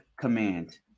command